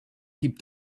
keep